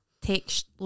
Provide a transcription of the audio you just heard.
text